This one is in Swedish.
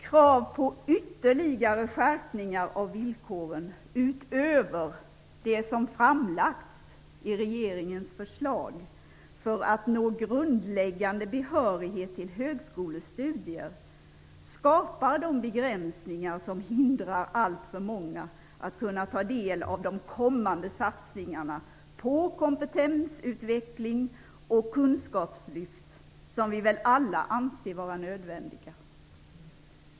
Krav på ytterligare skärpningar av villkoren, utöver det som framlagts i regeringens förslag, för att nå grundläggande behörighet till högskolestudier skapar de begränsningar som hindrar alltför många att ta del av de kommande satsningarna på kompetensutveckling och kunskapslyft, som vi väl alla anser vara nödvändiga.